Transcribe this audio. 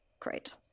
Great